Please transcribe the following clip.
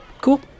Cool